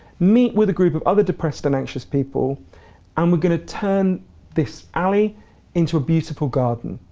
meet with a group of other depressed and anxious people and we're gonna turn this alley into a beautiful garden.